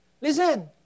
listen